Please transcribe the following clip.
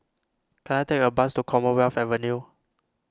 can I take a bus to Commonwealth Avenue